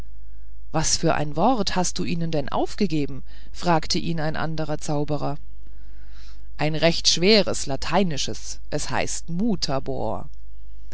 was für ein wort hast du ihnen denn aufgegeben fragte ihn ein anderer zauberer ein recht schweres lateinisches es heißt mutabor